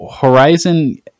Horizon